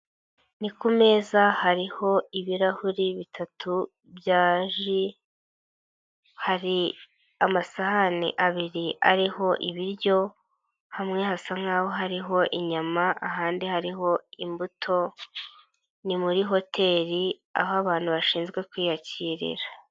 Ni ku meza hariho ibirahuri bitatu bya ji, hari amasahani abiri ariho ibiryo, hamwe hasa nkaho hariho inyama ahandi hariho imbuto, ni muri hoteri aho abantu bashinzwe kwiyakirira.